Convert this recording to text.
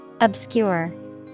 Obscure